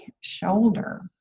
shoulder